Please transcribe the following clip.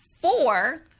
Four